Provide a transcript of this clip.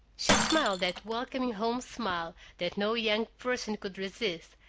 she smiled that welcoming home smile that no young person could resist,